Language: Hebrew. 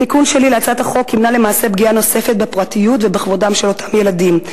התיקון שלי להצעת החוק ימנע פגיעה נוספת בפרטיות ובכבודם של אותם ילדים,